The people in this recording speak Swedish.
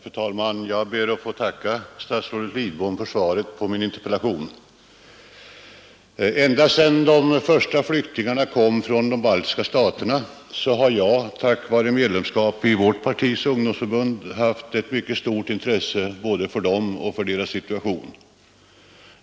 Fru talman! Jag ber att få tacka herr statsrådet Lidbom för svaret på min interpellation. Ända sedan de första flyktingarna kom från de baltiska staterna har jag på grund av mitt medlemskap i vårt partis ungdomsförbund haft ett stort intresse för dem och för deras situation.